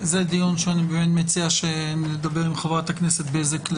זה דיון שאני מציע שנדבר עם חברת הכנסת בזק,